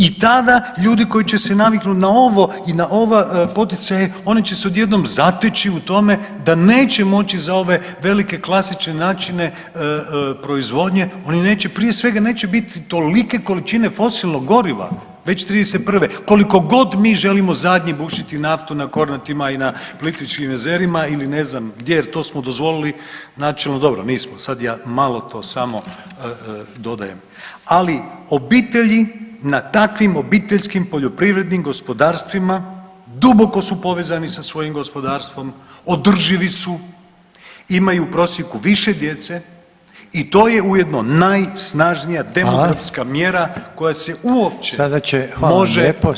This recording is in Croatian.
I tada ljudi koji će se naviknuti na ovo i na ova poticaje oni će se odjednom zateći u tome da neće moći za ove velike klasične načine proizvodnje, oni neće, prije svega neće biti tolike količine fosilnog goriva već '31., koliko god mi želimo zadnji bušiti naftu na Kornatima i na Plitvičkim jezerima ili ne znam gdje jer to smo dozvolili načelno, dobro nismo sad je malo to samo dodajem, ali obitelji na takvim obiteljskim poljoprivrednim gospodarstvima duboko su povezani sa svojim gospodarstvom, održivi su, imaju u prosjeku više djece i to je ujedno najsnažnija demografska mjera [[Upadica: Hvala.]] koja se uopće može zamisliti.